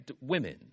women